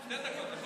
שתי דקות.